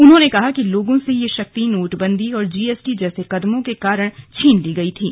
उन्होंने कहा कि लोगों से ये शक्ति नोटबंदी और जी एस टी जैसे कदमों के कारण छीन ली गई थी